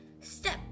Step